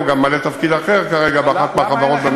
הוא גם ממלא תפקיד אחר כרגע באחת מהחברות במשרד.